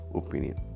opinion